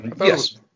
Yes